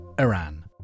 Iran